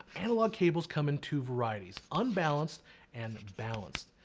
analog cables come in two varieties unbalanced and balanced.